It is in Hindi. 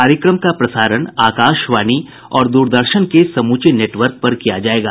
कार्यक्रम का प्रसारण आकाशवाणी और द्रदर्शन के समूचे नेटवर्क पर किया जाएगा